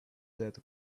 death